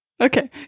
Okay